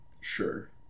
Sure